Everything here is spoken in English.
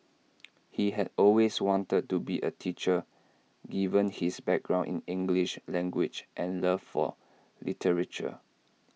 he had always wanted to be A teacher given his background in English language and love for literature